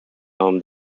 home